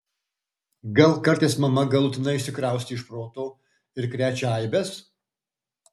gal kartais mama galutinai išsikraustė iš proto ir krečia eibes